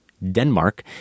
Denmark